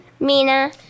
Mina